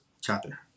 chapter